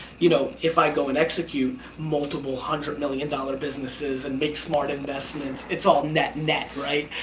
you know, if i go and execute multiple hundred million dollar businesses and make smart investments, it's all net net, right?